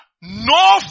no